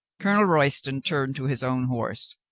colonel royston turned to his own horse.